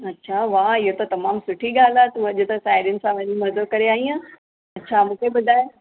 अच्छा वाह इहा त तमामु सुठी ॻाल्हि आहे तूं अॼु त साहेड़ियुनि सां वञी मज़ो करे आईं आहीं अच्छा मूंखे ॿुधाय